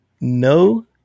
no